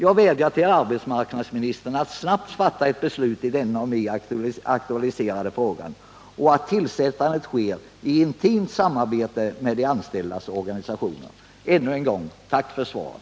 Jag vädjar till arbetsmarknadsministern att mycket snart fatta ett beslut i den av mig aktualiserade frågan och att tillsättandet sker i intimt samarbete med de anställdas organisationer. Jag tackar än en gång för svaret.